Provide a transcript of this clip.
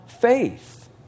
faith